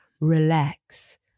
RELAX